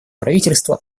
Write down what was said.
правительство